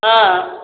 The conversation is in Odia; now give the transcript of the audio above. ହଁ